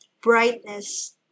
brightness